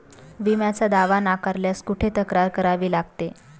विम्याचा दावा नाकारल्यास कुठे तक्रार करावी लागते?